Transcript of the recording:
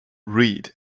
read